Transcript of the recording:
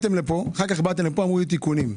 אחר כך באתם לכאן ואמרו תיקונים.